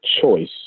choice